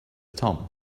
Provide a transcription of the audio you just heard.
tom